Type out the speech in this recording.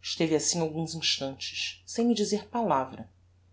esteve assim alguns instantes sem me dizer palavra